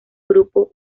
grupo